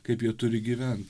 kaip jie turi gyvent